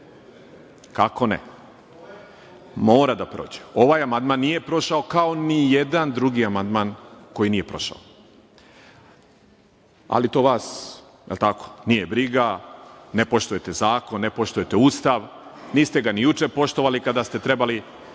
Ne.)Kako ne? Mora da prođe. Ovaj amandman nije prošao, kao ni jedan drugi amandman koji nije prošao, ali to vas nije briga, ne poštujete zakon, ne poštujete Ustav. Niste ga ni juče poštovali kada ste trebali